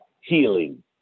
healing